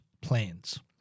plans